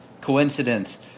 coincidence